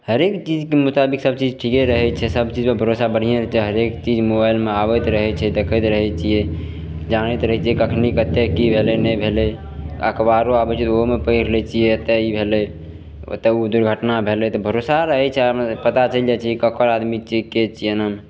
हरेक चीजके मुताबिक सभचीज ठीके रहै छै सभचीज पे भरोसा बढ़िए हरेक चीज मुबाइलमे आबैत रहै छै देखैत रहै छियै जानैत रहै छियै कखनी कतै कि भेलै नहि भेलै अखबारो आबै छै तऽ ओहूमे पढ़ि लै छियै एतऽ ई भेलै ओतऽ ओ दुर्घटना भेलै तऽ भरोसा रहै छै पता चलि जाइ छै ककर आदमी छियैके छियै एना